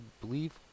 believe